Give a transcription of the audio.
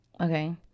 okay